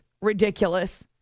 ridiculous